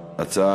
ההצעה,